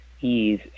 ease